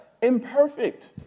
Imperfect